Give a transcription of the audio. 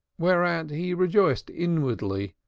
whereat he rejoiced inwardly,